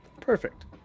perfect